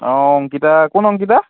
অঁ অংকিতা কোন অংকিতা